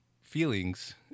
feelings